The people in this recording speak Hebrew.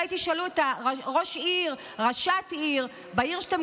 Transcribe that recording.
אולי תשאלו את ראש עיר או ראשת עיר בעיר שאתם